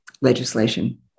legislation